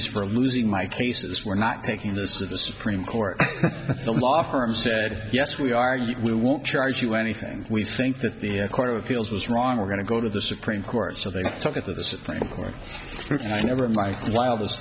fees for losing my cases we're not taking this to the supreme court the film law firm said yes we are you we won't charge you anything we think that the court of appeals was wrong we're going to go to the supreme court so they took it to the supreme court and i never in my wildest